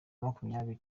makumyabiri